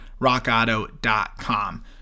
RockAuto.com